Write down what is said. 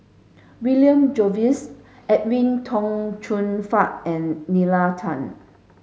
William Jervois Edwin Tong Chun Fai and Nalla Tan